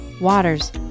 waters